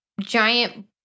giant